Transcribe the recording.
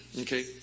Okay